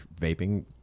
vaping